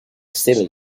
silly